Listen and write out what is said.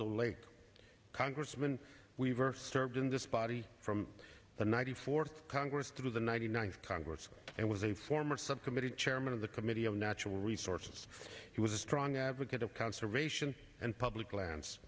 the late congressman weaver served in this body from the ninety fourth congress through the ninety ninth congress and was a former subcommittee chairman of the committee of natural resources he was a strong advocate of conservation and public lan